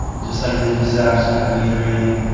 just like they just said. i'm just kind of reiterating.